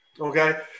Okay